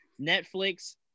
Netflix